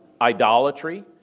idolatry